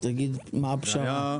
תגיד מה הפשרה.